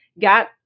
got